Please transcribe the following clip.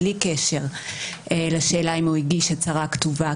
בלי קשר לשאלה אם הוא הגיש הצהרה כתובה,